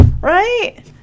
right